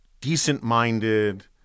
decent-minded